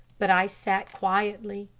but i sat quietly,